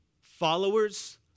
Followers